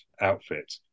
outfit